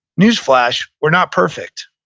newsflash, we're not perfect,